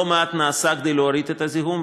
לא מעט נעשה כדי להוריד את הזיהום,